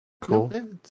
cool